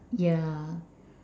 yeah